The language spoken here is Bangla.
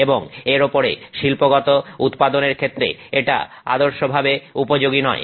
এবং এর ওপরে শিল্পগত উৎপাদনের ক্ষেত্রে এটা আদর্শভাবে উপযোগী নয়